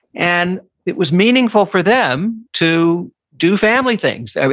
and it was meaningful for them to do family things. so